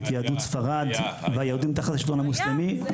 יהדות ספרד והיהדות תחת השלטון המוסלמי.